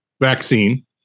vaccine